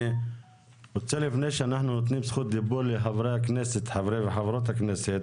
אני רוצה לפני שאנחנו נותנים זכות דיבור לחברי וחברות הכנסת